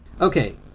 Okay